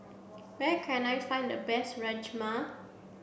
where can I find the best Rajma